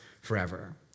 forever